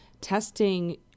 testing